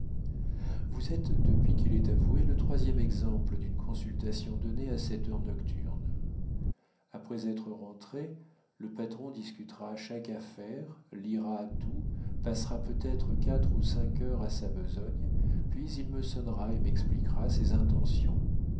vous êtes depuis qu'il est avoué le troisième exemple d'une consultation donnée à cette heure nocturne après être rentré le patron discutera chaque affaire lira tout passera peut-être quatre ou cinq heures à sa besogne puis il me sonnera et m'expliquera ses intentions